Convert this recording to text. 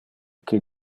qui